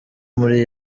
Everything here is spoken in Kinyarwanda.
muri